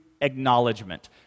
acknowledgement